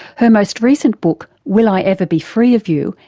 her most recent book will i ever be free of you?